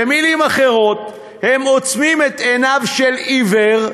במילים אחרות, הם עוצמים את עיניו של עיוור,